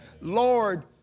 Lord